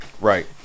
right